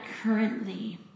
currently